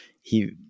he-